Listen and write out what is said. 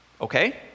Okay